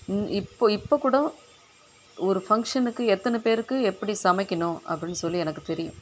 இன் இப்போ இப்போ கூட ஒரு ஃபங்க்ஷனுக்கு எத்தனை பேருக்கு எப்படி சமைக்கணும் அப்படினு சொல்லி எனக்கு தெரியும்